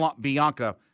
Bianca